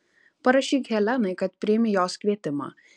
parašyk helenai kad priimi jos kvietimą